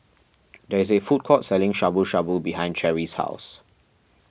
there is a food court selling Shabu Shabu behind Cherrie's house